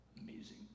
amazing